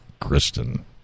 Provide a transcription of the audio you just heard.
Kristen